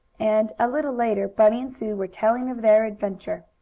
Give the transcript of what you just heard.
and, a little later, bunny and sue were telling of their adventure.